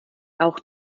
auch